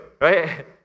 right